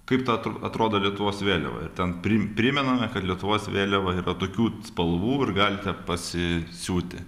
kaip ta atrodo lietuvos vėliava ir ten pri primename kad lietuvos vėliava yra tokių spalvų ir galite pasi siūti